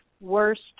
worst